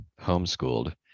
homeschooled